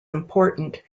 important